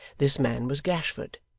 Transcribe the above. this man was gashford,